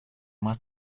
más